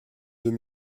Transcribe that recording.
deux